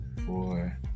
four